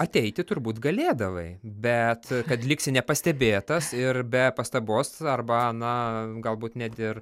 ateiti turbūt galėdavai bet kad liksi nepastebėtas ir be pastabos arba na galbūt net ir